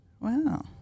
Wow